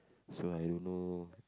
so I don't know